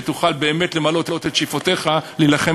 כדי שתוכל באמת למלא את שאיפותיך להילחם